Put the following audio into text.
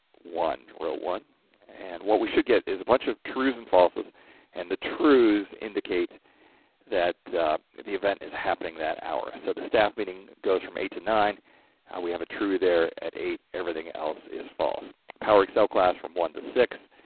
one row, one and what we should get is a bunch of trues and falses and the trues indicate that the event is happening that hour so the staff meeting goes from eight to nine we have a true there at eight everything else is false power excel class from one to six